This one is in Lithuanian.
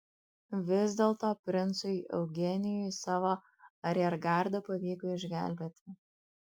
vis dėlto princui eugenijui savo ariergardą pavyko išgelbėti